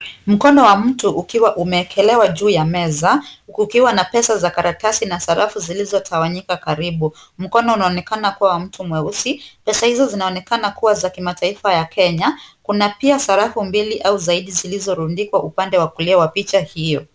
Mkono wa mtu ukuwa umeekelewa juu ya meza, kukiwa na pesa za karatasi na sarafu zilizotawanyika karibu. Mkono unaonekana kuwa wa mtu mweusi. Pesa hizo zinaonekana kuwa za kimataifa ya Kenya. Kuna pia sarafu mbili au zaidi zilizorundikwa upande wa kulia wa picha hiyo.